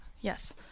Yes